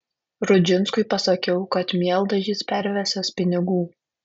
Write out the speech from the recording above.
rudžinskui pasakiau kad mieldažys pervesiąs pinigų